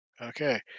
Okay